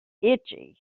itchy